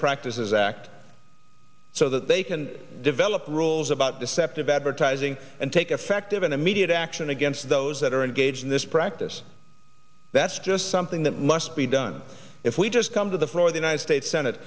practices act so that they can develop rules about deceptive advertising and take effective an immediate action against those that are engaged in this practice that's just something that must be done if we just come to the floor of the united states senate